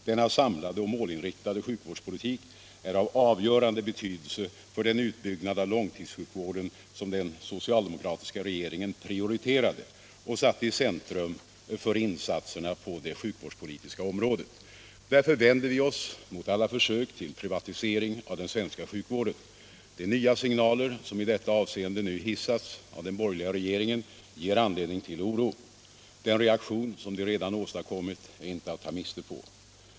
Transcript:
Denna samlade och målinriktade sjukvårdspolitik är av avgörande betydelse för den utbyggnad av långtidssjukvården som den socialdemokratiska regeringen prioriterade och satte i centrum för insatserna på det sjukvårdspolitiska området. Därför vänder vi oss mot alla försök till privatisering av den svenska sjukvården. De nya signaler som i detta avseende nu hissas av den borgerliga regeringen ger anledning till oro. Den reaktion som de redan åstadkommit är inte att ta miste på.